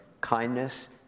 kindness